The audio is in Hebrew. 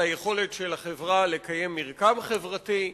על היכולת של החברה לקיים מרקם חברתי.